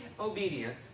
obedient